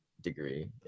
degree